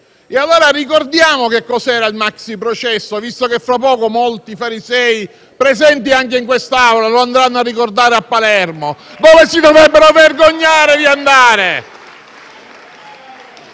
E allora ricordiamo che cos'era il maxiprocesso, visto che fra poco molti farisei presenti anche in quest'Aula lo andranno a ricordare a Palermo, dove si dovrebbero vergognare di andare.